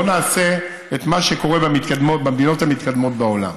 בואו נעשה את מה שקורה במדינות המתקדמות בעולם: